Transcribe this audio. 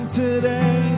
today